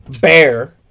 Bear